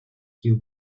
you